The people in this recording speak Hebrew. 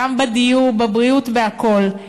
גם בדיור, בבריאות, בכול.